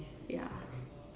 yeah